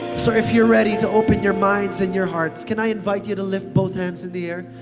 so, if you're ready to open your minds and your hearts, can i invite you to lift both hands in the air?